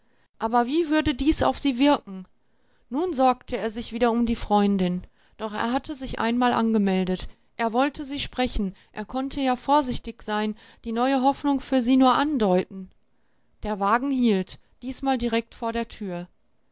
aber wie würde dies auf sie wirken nun sorgte er sich wieder um die freundin doch er hatte sich einmal angemeldet er wollte sie sprechen er konnte ja vorsichtig sein die neue hoffnung für sie nur andeuten der wagen hielt diesmal direkt vor der tür